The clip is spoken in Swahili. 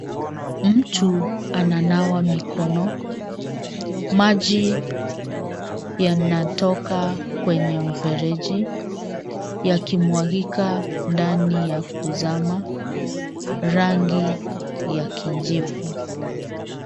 Mtu ananawa mikono. Maji yanatoka kwenye mfereji, yakimwagika ndani ya kuzama, rangi ya kijivu.